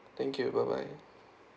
thank you bye bye